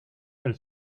del